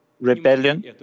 rebellion